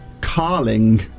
Carling